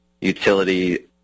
utility